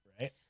right